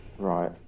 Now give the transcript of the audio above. Right